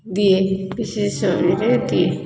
ଦିଏ ବିଶେଷ ଶୈଳୀରେ ଦିଏ